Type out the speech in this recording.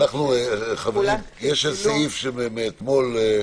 חברים, יש סעיף מאתמול.